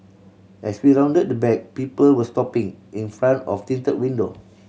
as we rounded the back people were stopping in front of tinted window